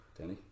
Danny